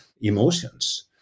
emotions